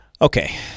Okay